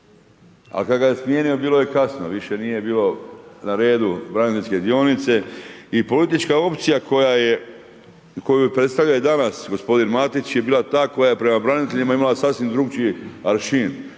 A kada ga je smijenio bilo je kasno, više nije bilo na redu braniteljske dionice, i politička opcija koju predstavlja i danas gospodin Matić je bila ta koja je prema braniteljima imala sasvim drugačije aršin